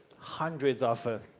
hundreds of the